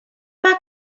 pas